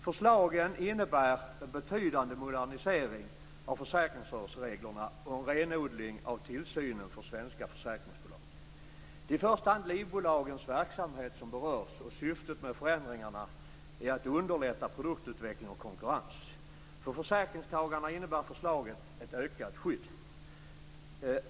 Förslagen innebär en betydande modernisering av försäkringsrörelsereglerna och en renodling av tillsynen för svenska försäkringsbolag. Det är i första hand livbolagens verksamhet som berörs, och syftet med förändringarna är att underlätta produktutveckling och konkurrens. För försäkringstagarna innebär förslaget ett ökat skydd.